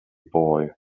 boy